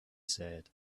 said